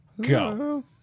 Go